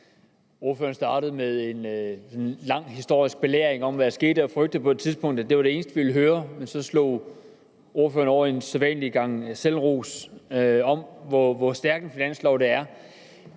Ordføreren startede med en lang historisk belæring om, hvad der var sket, og jeg frygtede på et tidspunkt, at det var det eneste, vi ville høre om, men så slog ordføreren over i den sædvanlige gang selvros om, hvor stærk en finanslov det er.